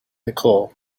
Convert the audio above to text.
nicole